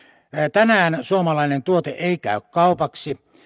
tänään suomalainen tuote ei käy kaupaksi